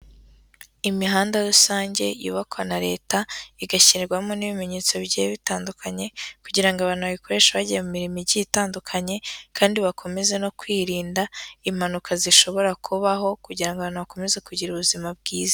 Imihanda rusange yubakwa na Leta, igashyirwamo n'ibimenyetso bigiye bitandukanye kugira ngo abantu bayikoresha bagiye mu mirimo igiye itandukanye, kandi bakomeze no kwirinda impanuka zishobora kubaho kugira ngo abantu bakomeze kugira ubuzima bwiza.